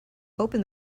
open